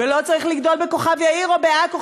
ולא צריך לגדול בכוכב-יאיר או בעכו,